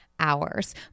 Hours